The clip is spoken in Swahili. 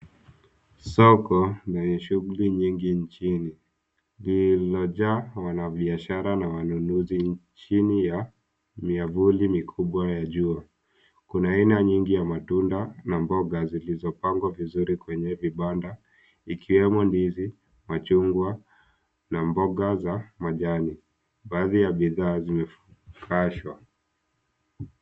Soko lenye shughuli nyingi nchini vinajaa wanabiashara na wanunuzi chini ya miavuli mikubwa ya jua. Kuna aina nyingi ya matunda na mboga zilizopangwa vizuri kwenye vibanda ikiwemo ndizi, machungwa na mboga za majani. Baadhi ya bidhaa zimefashwa.